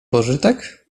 pożytek